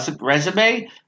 resume